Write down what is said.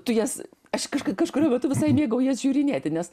tu jas aš kažkaip kažkuriuo metu visai mėgaujuos žiūrinėti nes